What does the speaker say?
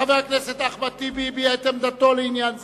חבר הכנסת אחמד טיבי הביע את עמדתו בעניין זה,